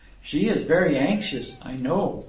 she is very anxious, i know.